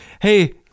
Hey